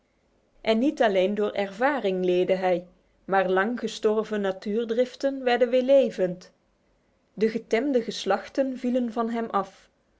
en niet alleen door ervaring leerde hij maar lang gestorven natuurdriften werden weer levend de getemde geslachten vielen van hem af